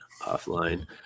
offline